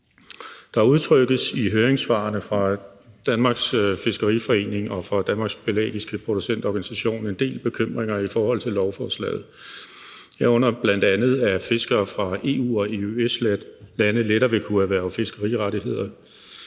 Der udtrykkes i høringssvarene fra Danmarks Fiskeriforening og fra Danmarks Pelagiske Producentorganisation en del bekymringer i forhold til lovforslaget, herunder bl.a., at fiskere fra EU- og EØS-lande lettere vil kunne erhverve fiskerirettigheder;